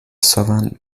sovereign